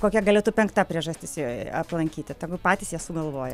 kokia galėtų penkta priežastis jo aplankyti tegu patys jie sugalvoja